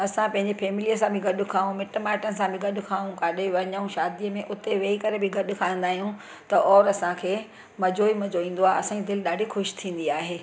असां पंहिंजे फैमिलीअ सां बि गॾु खाऊं मिटु माइटनि सां बि गॾु खाऊं किथे वञूं शादी में त उते वेही करे बि गॾु खाईंदा आहियूं त और असांखे मज़ो ई मज़ो ईंदो आहे असांजी दिलि ॾाढी ख़ुशि थींदी आहे